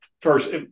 first